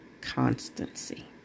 constancy